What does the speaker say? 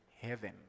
heaven